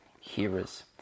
hearers